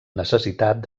necessitat